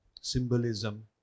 symbolism